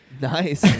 Nice